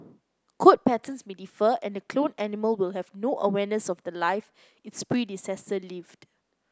coat patterns may differ and the cloned animal will have no awareness of the life its predecessor lived